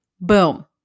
Boom